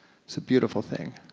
it's a beautiful thing.